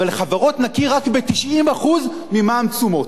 אבל לחברות נכיר רק ב-90% ממע"מ תשומות,